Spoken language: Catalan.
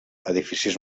edificis